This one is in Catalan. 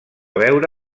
veure